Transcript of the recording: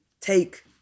take